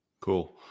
Cool